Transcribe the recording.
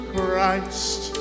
Christ